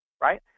right